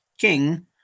king